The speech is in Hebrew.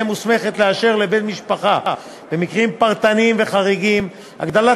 מוסמכת לאשר לבן משפחה במקרים פרטניים וחריגים הגדלת